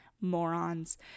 Morons